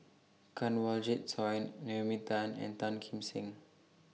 Kanwaljit Soin Naomi Tan and Tan Kim Seng